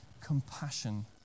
compassion